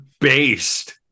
based